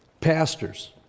Pastors